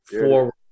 forward